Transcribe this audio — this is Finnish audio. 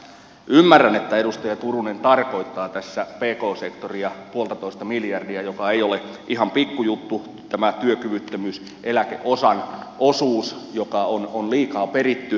ymmärrän että edustaja turunen tarkoittaa tässä pk sektoria puoltatoista miljardia joka ei ole ihan pikkujuttu tämä työkyvyttömyyseläkeosan osuus joka on liikaa peritty